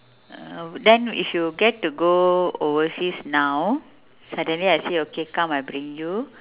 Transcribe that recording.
uh then if you get to go overseas now suddenly I say okay come I bring you